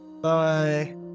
Bye